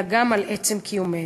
כי אם על עצם קיומנו".